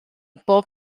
bob